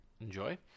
enjoy